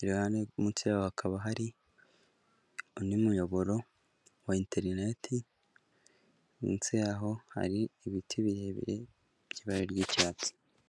iruhande munsi yaho hakaba hari undi muyoboro wa interineti, munsi yaho hari ibiti birebire by'ibara ry'icyatsi.